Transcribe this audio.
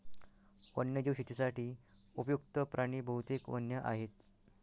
वन्यजीव शेतीसाठी उपयुक्त्त प्राणी बहुतेक वन्य आहेत